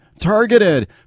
targeted